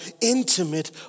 intimate